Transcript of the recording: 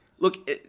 Look